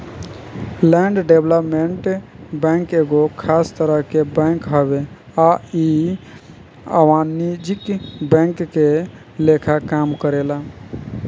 land development bank एगो खास तरह के बैंक हवे आ इ अवाणिज्यिक बैंक के लेखा काम करेला